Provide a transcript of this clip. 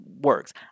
works